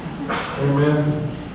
Amen